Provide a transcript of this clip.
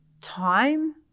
time